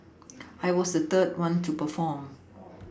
I was the third one to perform